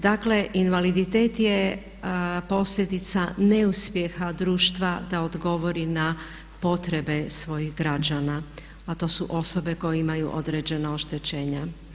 Dakle, invaliditet je posljedica neuspjeha društva da odgovori na potrebe svojih građana, a to su osobe koje imaju određena oštećenja.